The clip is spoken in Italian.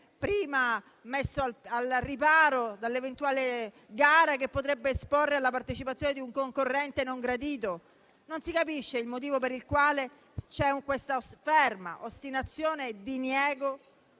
messo al riparo dall'eventuale gara che potrebbe esporre alla partecipazione di un concorrente non gradito? Non si capisce il motivo per il quale ci sia questa ferma ostinazione nel